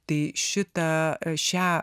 tai šitą šią